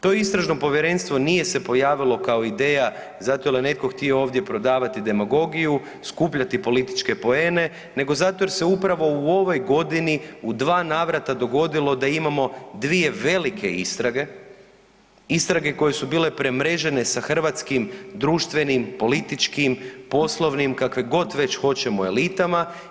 To istražno povjerenstvo nije se pojavilo kao ideja zato jer je netko htio ovdje prodavati demagogiju, skupljati političke poene, nego zato jer se upravo u ovoj godini u dva navrata dogodilo da imamo dvije velike istrage, istrage koje su bile premrežene sa hrvatskim društvenim, političkim, poslovnik kakvim god već hoćemo elitama.